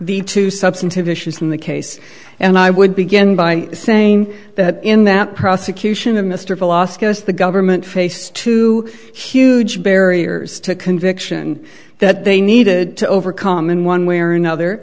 the two substantive issues in the case and i would begin by saying that in that prosecution of mr philosophize the government face to huge barriers to conviction that they needed to overcome in one way or another